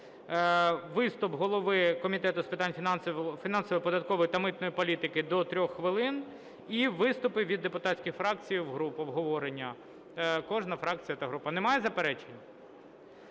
виступ голови Комітету з питань фінансової, податкової та митної політики – до 3 хвилин, і виступи від депутатських фракцій і груп, обговорення, кожна фракція та група. Немає заперечень?